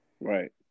Right